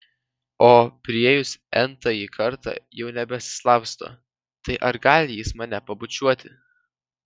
o priėjus n tąjį kartą jau nebesislapsto tai ar gali jis mane pabučiuoti